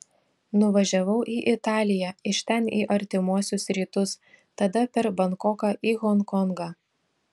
nuvažiavau į italiją iš ten į artimuosius rytus tada per bankoką į honkongą